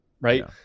right